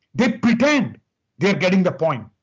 they pretend they're getting the point.